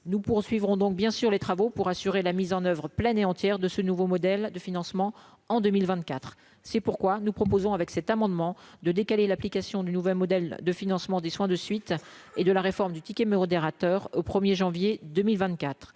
nous poursuivrons donc bien sûr, les travaux pour assurer la mise en oeuvre pleine et entière de ce nouveau modèle de financement en 2024, c'est pourquoi nous proposons avec cet amendement de décaler l'application du nouveau modèle de financement des soins de suite et de la réforme du ticket modérateur au 1er janvier 2024